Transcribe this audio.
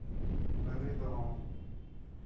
ᱰᱟᱝᱨᱤ ᱫᱚᱦᱚ